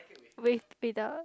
with without